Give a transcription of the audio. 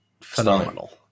phenomenal